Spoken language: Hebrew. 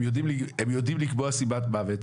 הם יודעים לקבוע סיבת מוות,